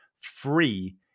free